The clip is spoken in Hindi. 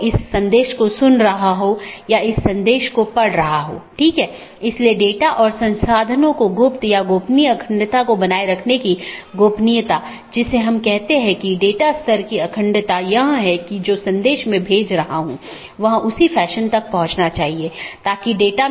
इसका मतलब है कि सभी BGP सक्षम डिवाइस जिन्हें BGP राउटर या BGP डिवाइस भी कहा जाता है एक मानक का पालन करते हैं जो पैकेट को रूट करने की अनुमति देता है